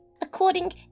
According